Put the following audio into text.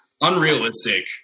unrealistic